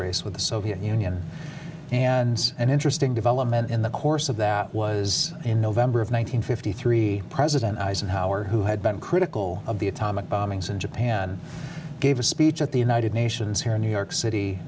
with the soviet union and an interesting development in the course of that was in november of one thousand nine hundred fifty three president eisenhower who had been critical of the atomic bombings in japan gave a speech at the united nations here in new york city